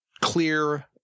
clear